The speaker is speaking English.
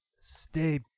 stay